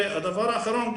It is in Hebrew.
והדבר האחרון,